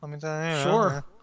Sure